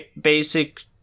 basic